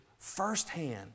firsthand